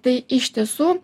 tai iš tiesų